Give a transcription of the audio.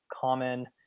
common